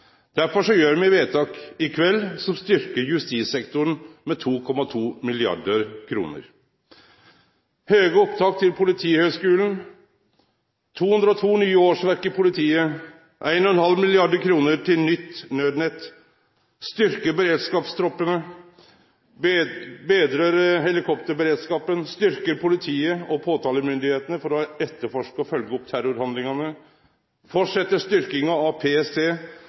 Derfor gjer me vedtak i kveld som styrkjer justissektoren med 2,2 mrd. kr. : høge opptak til Politihøgskulen, 202 nye årsverk i politiet, 1,5 mrd. kr til nytt Nødnett, styrking av beredskapstroppane, betring av helikopterberedskapen, styrking av politiet og påtalemyndigheitene for å etterforske og følgje opp terrorhandlingane, halde fram med styrkinga av